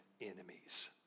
enemies